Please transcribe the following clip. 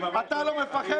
אתה לא מפחד?